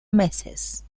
meses